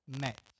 met